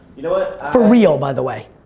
you know ah for real, by the way?